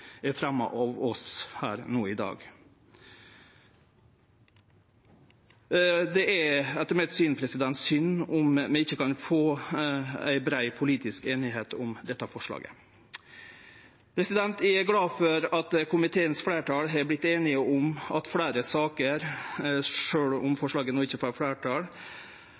er fremja av oss i dag. Det er etter mitt syn synd om vi ikkje kan få ei brei politisk einigheit om dette forslaget. Eg er glad for at fleirtalet i komiteen har vorte einige om fleire saker. Sjølv om forslaget no ikkje får fleirtal,